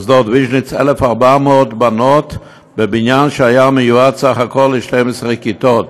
מוסדות ויז'ניץ: 1,400 בנות בבניין שהיה מיועד בסך הכול ל-12 כיתות.